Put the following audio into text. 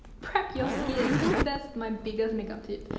prep your skin. that's my biggest makeup tip.